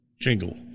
Jingle